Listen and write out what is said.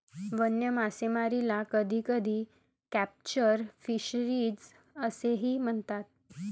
वन्य मासेमारीला कधीकधी कॅप्चर फिशरीज असेही म्हणतात